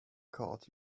caught